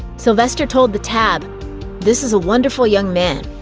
sylvester told the tab this is a wonderful young man,